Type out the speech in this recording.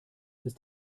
ist